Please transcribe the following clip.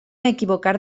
equivocar